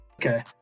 Okay